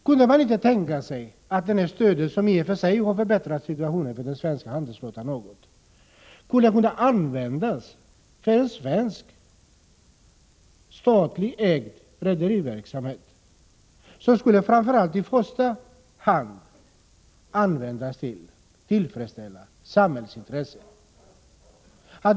Kunde man inte tänka sig att det stöd som i och för sig något har förbättrat situationen för den svenska handelsflottan skulle kunna användas för en svensk statligt ägd rederiverksamhet, som i första hand skulle inriktas på att tillfredsställa samhällsintresset?